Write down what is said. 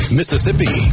Mississippi